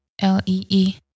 L-E-E